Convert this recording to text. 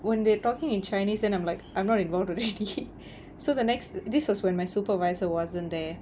when they're talking in chinese then I'm like I'm not involved already so the next this was when my supervisor wasn't there